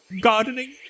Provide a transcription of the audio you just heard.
gardening